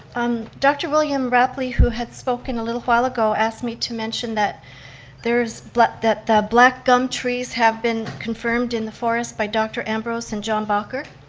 um dr. william rapley who had spoken a little while ago asked me to mention that there is, that the black gum trees have been confirmed in the forest by dr. ambrose and john bacher,